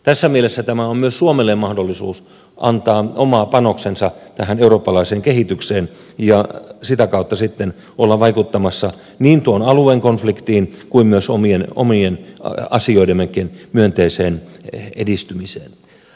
tässä mielessä tämä on myös suomelle mahdollisuus antaa oma panoksensa tähän eurooppalaiseen kehitykseen ja sitä kautta sitten olla vaikuttamassa niin tuon alueen konfliktiin kuin omien asioidemmekin myönteiseen edistymiseen